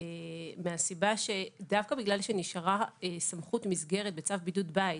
מהסיבה שדווקא בגלל שנשארה סמכות מסגרת בצו בידוד בית.